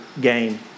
game